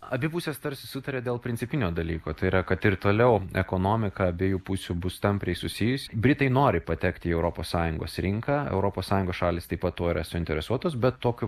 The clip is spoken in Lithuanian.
abi pusės tarsi sutarė dėl principinio dalyko tai yra kad ir toliau ekonomiką abiejų pusių bus tampriai susijusi britai nori patekti į europos sąjungos rinką europos sąjungos šalys taip pat tuo yra suinteresuotos bet tokiu